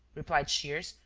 replied shears,